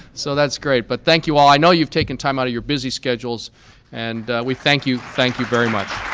so that's great. but thank you all. i know you've taken time out of your busy schedules and we thank you, thank you very much.